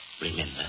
remember